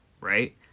right